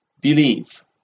Believe